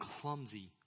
clumsy